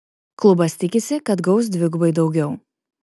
klubas tikisi kad gaus dvigubai daugiau